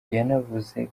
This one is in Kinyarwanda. yanavuze